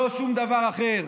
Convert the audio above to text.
לא שום דבר אחר.